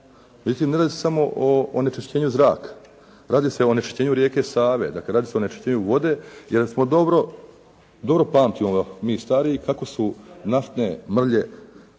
ne radi se samo o onečišćenju zraka, radi se o onečišćenju rijeke Save, dakle radi se o onečišćenju vode jer smo dobro, dobro pamtimo mi stariji kako su naftne mrlje